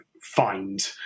find